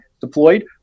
deployed